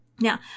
Now